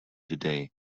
today